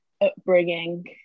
upbringing